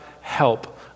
help